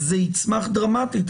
זה יצמח דרמטית.